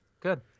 Good